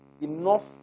enough